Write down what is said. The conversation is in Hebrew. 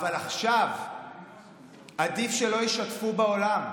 אבל עכשיו עדיף שלא ישתפו בעולם,